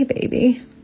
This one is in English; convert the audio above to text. baby